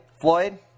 Floyd